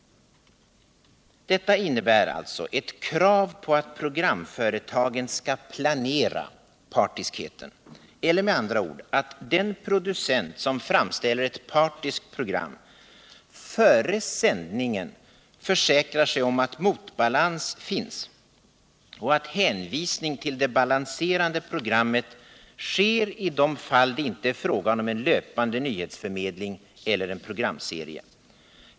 Detta innebär ett krav på att programföretagen planerar partiskheten. Eller med andra ord att den producent som framställer ett partiskt program före sändningen försäkrar sig om att motbalans finns och att hänvisning till det balanserande programmet sker i de fall det inte är fråga om löpande nyhetsförmedling eller en programserie.